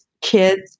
kids